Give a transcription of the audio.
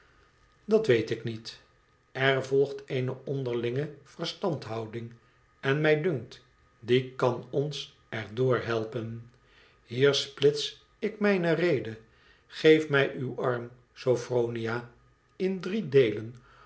dat weet ik niet r volgt eene onderlinge verstandhouding en mij dunkt die kan ons er door helpen hier splits ik mijne rede geef mij nw aiid sophronia in drie deelen